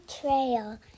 trail